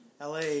LA